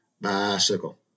Bicycle